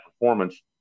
performance